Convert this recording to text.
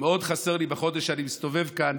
שמאוד חסר לי בחודש שאני מסתובב כאן,